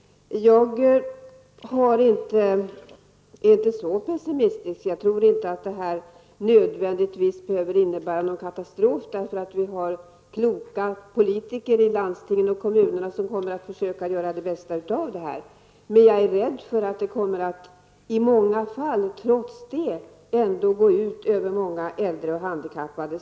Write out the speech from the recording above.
Jag är inte så pessimistisk. Jag tror inte att det nödvändigtvis behöver bli någon katastrof, för vi har kloka politiker i landstingen och kommunerna, som kommer att försöka göra det bästa av situationen. Men jag är rädd för att det trots detta ändå i många fall kommer att gå ut över äldre och handikappade.